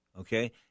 okay